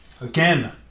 Again